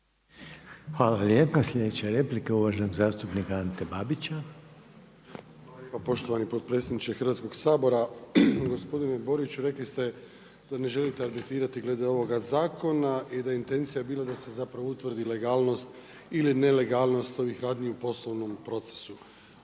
Hvala lijepa. Slijedeća replika uvaženog zastupnik Ante Babića. **Babić, Ante (HDZ)** Poštovani potpredsjedniče Hrvatskog sabora. Gospodine Borić, rekli ste da ne želite arbitrirati glede ovoga zakona i da je intencija bila da se zapravo utvrdi legalnost ili nelegalnost ovih rani u poslovnom procesu